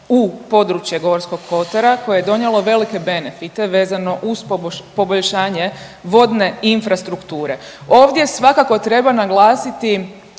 u područje Gorskog kotara koje je donijelo velike benefite vezano uz poboljšanje vodne infrastrukture. Ovdje svakako treba naglasiti